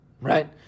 right